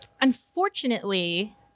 unfortunately